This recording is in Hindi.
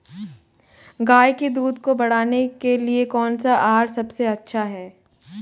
गाय के दूध को बढ़ाने के लिए कौनसा आहार सबसे अच्छा है?